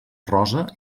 rosa